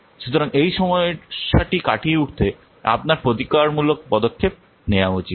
সুতরাং এই সমস্যাটি কাটিয়ে উঠতে আপনার প্রতিকারমূলক পদক্ষেপ নেওয়া উচিত